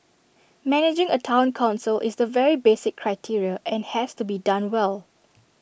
managing A Town Council is the very basic criteria and has to be done well